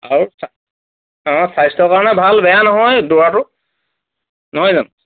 আৰু অ স্বাস্থ্য কাৰণে ভাল বেয়া নহয় দৌৰাটো নহয় জানো